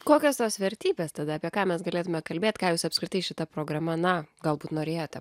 kokios tos vertybės tada apie ką mes galėtume kalbėt ką jūs apskritai šita programa na galbūt norėjote